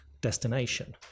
destination